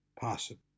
possible